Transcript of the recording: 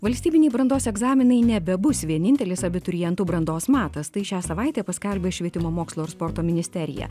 valstybiniai brandos egzaminai nebebus vienintelis abiturientų brandos matas tai šią savaitę paskelbė švietimo mokslo ir sporto ministerija